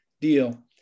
deal